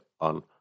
on